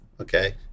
Okay